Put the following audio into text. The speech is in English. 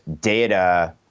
data